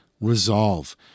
resolve